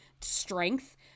strength